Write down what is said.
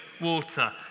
water